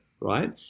right